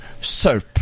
soap